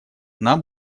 нам